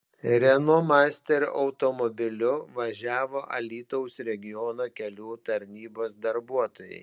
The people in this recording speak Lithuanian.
renault master automobiliu važiavo alytaus regiono kelių tarnybos darbuotojai